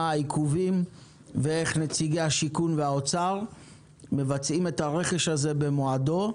מה העיכובים ואיך נציגי השיכון והאוצר מבצעים את הרכש הזה במועדו.